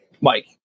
Mike